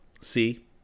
See